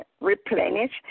replenish